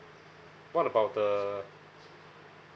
what about the